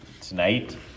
tonight